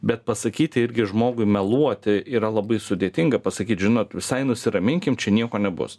bet pasakyti irgi žmogui meluoti yra labai sudėtinga pasakyt žinot visai nusiraminkim čia nieko nebus